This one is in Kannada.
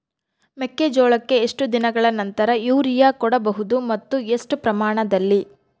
ಮೆಕ್ಕೆಜೋಳಕ್ಕೆ ಎಷ್ಟು ದಿನಗಳ ನಂತರ ಯೂರಿಯಾ ಕೊಡಬಹುದು ಮತ್ತು ಎಷ್ಟು ಪ್ರಮಾಣದಲ್ಲಿ?